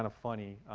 and funny,